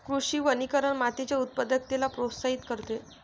कृषी वनीकरण मातीच्या उत्पादकतेला प्रोत्साहित करते